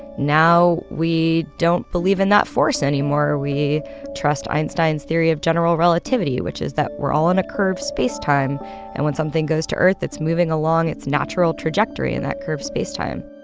now we don't believe in that force anymore. we trust einstein's theory of general relativity, which is that we're all in a curved space-time and when something goes to earth, it's moving along its natural trajectory in that curved space-time